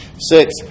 Six